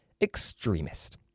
extremist